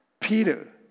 Peter